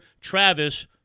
Travis